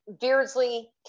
beardsley